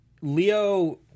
Leo